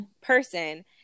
person